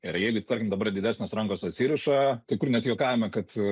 ir jeigu tarkim dabar didesnės rankos atsiriša kai kur net juokavome kad